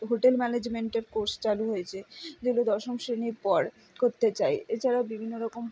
hotel ম্যানেজমেন্টের course চালু হয়েছে যেটা দশম শ্রেণীর পর করতে চায় এছাড়াও বিভিন্ন রকম